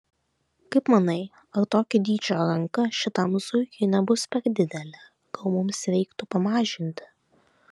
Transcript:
kaip manai ar tokio dydžio ranka šitam zuikiui nebus per didelė gal mums reiktų pamažinti